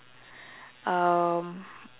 um